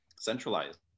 centralized